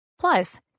Plus